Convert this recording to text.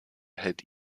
held